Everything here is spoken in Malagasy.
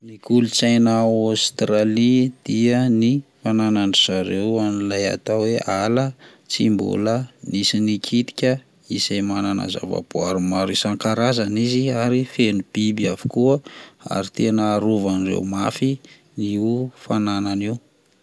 Kolontsaina ao Aostralia dia ny fananan-ndry zareo an'ilay atao hoe ala tsy mbola nisy nikitika izay manana zava-boary maro isan-karazany ary feno biby avokoa, ary tena arovan-ndreo mafy io fananany io.